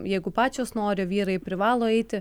jeigu pačios nori vyrai privalo eiti